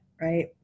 right